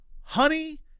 Honey